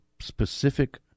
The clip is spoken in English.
specific